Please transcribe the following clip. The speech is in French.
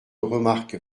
remarque